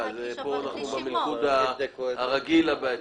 אנחנו כאן במלכוד הרגיל הבעייתי.